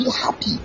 happy